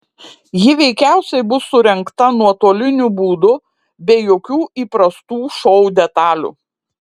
ji veikiausiai bus surengta nuotoliniu būdu be jokių įprastų šou detalių